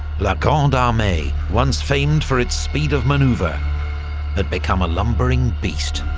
la grande armee, once famed for its speed of manoeuvre, ah had become a lumbering beast.